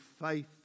faith